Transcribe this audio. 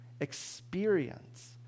experience